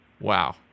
Wow